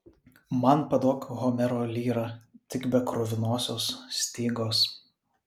man paduok homero lyrą tik be kruvinosios stygos